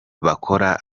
bakora